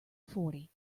forty